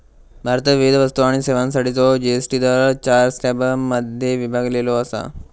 भारतात विविध वस्तू आणि सेवांसाठीचो जी.एस.टी दर चार स्लॅबमध्ये विभागलेलो असा